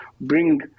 bring